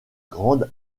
grande